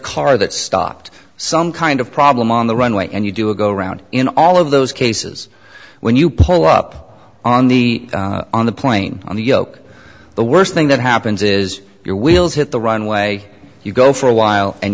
car that stopped some kind of problem on the runway and you do a go around in all of those cases when you pull up on the on the plane on the yoke the worst thing that happens is your wheels hit the runway you go for a while and